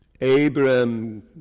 Abraham